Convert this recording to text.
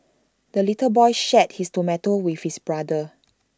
the little boy shared his tomato with his brother